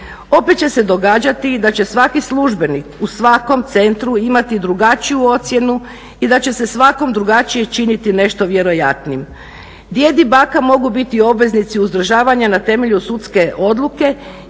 Opet će se događati da će svaki službenik u svakom centru imati drugačiju ocjenu i da će se svakom drugačije činiti nešto vjerojatnim. Djed i baka mogu biti obveznici uzdržavanja na temelju sudske odluke